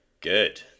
good